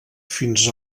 fins